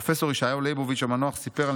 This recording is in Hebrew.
פרופ' ישעיהו ליבוביץ' המנוח סיפר על